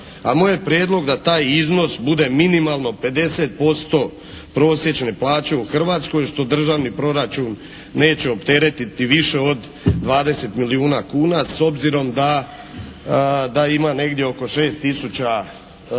A moj je prijedlog da taj iznos bude minimalno 50% prosječne plaće u Hrvatskoj što državni proračun neće opteretiti više od 20 milijuna kuna s obzirom da, da ima negdje oko 6000